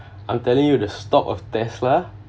I'm telling you the stock of Tesla